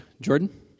Jordan